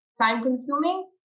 time-consuming